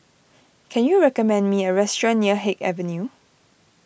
can you recommend me a restaurant near Haig Avenue